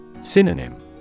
Synonym